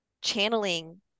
channeling